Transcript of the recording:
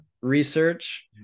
research